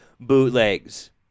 bootlegs